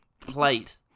Plate